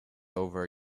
over